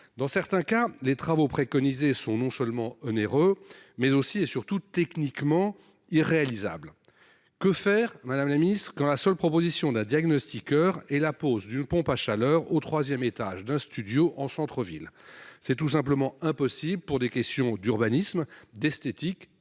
Dans certains cas, les travaux préconisés sont non seulement onéreux, mais aussi et surtout techniquement irréalisables. Que faire quand la seule proposition d'un diagnostiqueur est la pose d'une pompe à chaleur au troisième étage d'un studio en centre-ville ? C'est tout simplement impossible pour des questions d'urbanisme, d'esthétique